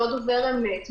לא דובר אמת,